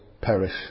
perish